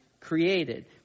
created